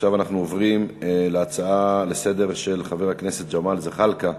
נעבור להצעה לסדר-היום בנושא: